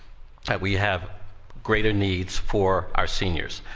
that we have greater needs for our seniors.